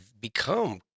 become